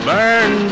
Burn